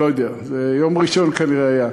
אני לא יודע, זה כנראה היה